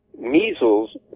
Measles